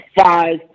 five